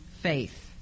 faith